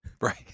Right